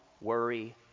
worry